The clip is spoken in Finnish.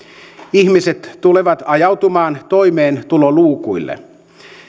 ihmiset tulevat ajautumaan toimeentuloluukuille